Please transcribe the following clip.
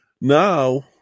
now